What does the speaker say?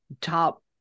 top